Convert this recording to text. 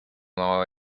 while